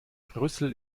brüssel